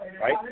right